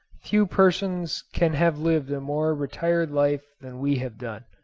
few persons can have lived a more retired life than we have done.